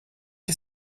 you